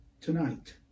Tonight